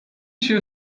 się